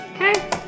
Okay